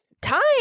Time